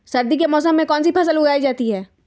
सर्दी के मौसम में कौन सी फसल उगाई जाती है?